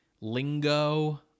lingo